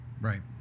Right